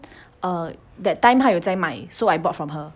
um that time 他有在卖 so I bought from her